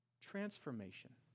Transformation